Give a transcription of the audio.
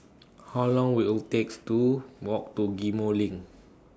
How Long Will IT takes to Walk to Ghim Moh LINK